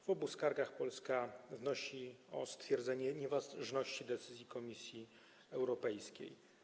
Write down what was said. W obu skargach Polska wnosi o stwierdzenie nieważności decyzji Komisji Europejskiej.